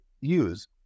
use